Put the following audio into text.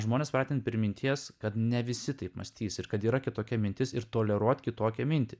žmonės pratinti prie minties kad ne visi taip mąstys ir kad yra kitokia mintis ir toleruoti kitokią mintį